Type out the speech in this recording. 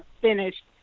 finished